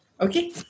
Okay